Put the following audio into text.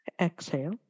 exhale